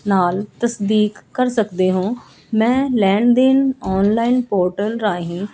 ਨਾਲ ਤਸਦੀਕ ਕਰ ਸਕਦੇ ਹੋ ਮੈਂ ਲੈਣ ਦੇਣ ਔਨਲਾਈਨ ਪੋਰਟਲ ਰਾਹੀਂ